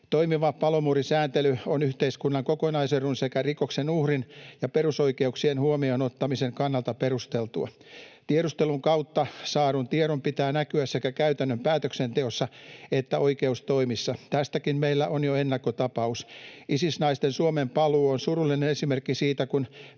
Toimiva palomuurisääntely on yhteiskunnan kokonaisedun sekä rikoksen uhrin ja perusoikeuksien huomioon ottamisen kannalta perusteltua. Tiedustelun kautta saadun tiedon pitää näkyä sekä käytännön päätöksenteossa että oikeustoimissa. Tästäkin meillä on jo ennakkotapaus: Isis-naisten Suomeen paluu on surullinen esimerkki siitä, kun